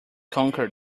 conquer